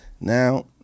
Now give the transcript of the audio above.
Now